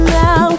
now